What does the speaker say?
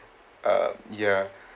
uh ya